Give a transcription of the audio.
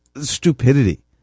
stupidity